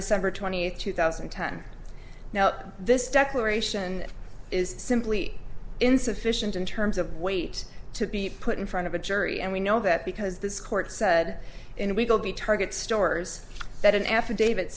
december twenty eighth two thousand and ten now this declaration is simply insufficient in terms of weight to be put in front of a jury and we know that because this court said and we will be target stores that an